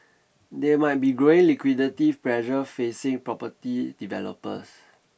there might be growing liquidity pressure facing property developers